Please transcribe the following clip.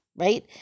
right